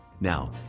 Now